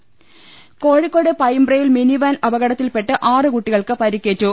ദർവ്വഹി കോഴിക്കോട് പയിമ്പ്രയിൽ മിനിവാൻ അപകടത്തിൽപെട്ട് ആറ് കുട്ടികൾക്ക് പരുക്കേറ്റു